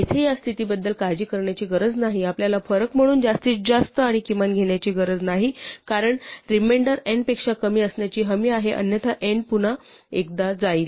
येथे या स्थितीबद्दल काळजी करण्याची गरज नाही आपल्याला फरक म्हणून जास्तीत जास्त आणि किमान घेण्याची गरज नाही कारण रिमेंडर n पेक्षा कमी असण्याची हमी आहे अन्यथा n पुन्हा एकदा जाईल